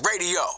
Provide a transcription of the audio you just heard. Radio